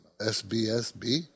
SBSB